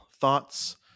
thoughts